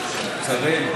זה לא הסדרה,